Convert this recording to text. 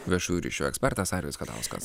viešųjų ryšių ekspertas arijus katauskas